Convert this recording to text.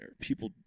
People